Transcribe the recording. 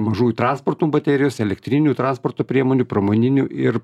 mažųjų transportų baterijos elektrinių transporto priemonių pramoninių ir